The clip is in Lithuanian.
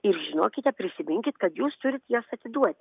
ir žinokite prisiminkit kad jūs turit jas atiduoti